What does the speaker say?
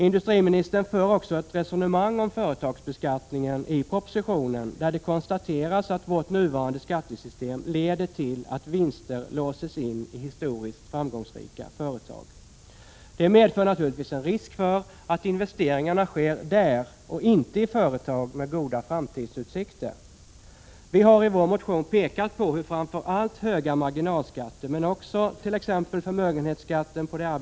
Industriministern för också ett resonemang om företagsbeskattningen i propositionen där det konstateras att vårt nuvarande skattesystem leder till att vinster låses in i historiskt framgångsrika företag. Det medför naturligtvis en risk för att investeringarna sker där, och inte i företag med goda framtidsutsikter. Vi har i vår motion pekat på hur framför allt höga marginalskatter men också t.ex. förmögenhetsskatten på det = Prot.